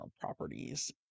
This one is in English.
properties